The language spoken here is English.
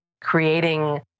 creating